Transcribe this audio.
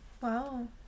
Wow